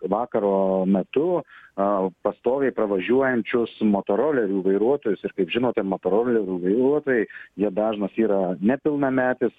vakaro metu aa pastoviai pravažiuojančius motorolerių vairuotojus ir kaip žinote motorolerių vairuotojai jie dažnas yra nepilnametis